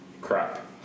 crap